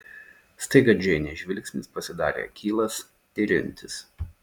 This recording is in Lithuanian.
staiga džeinės žvilgsnis pasidarė akylas tiriantis